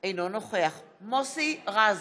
אינו נוכח מוסי רז,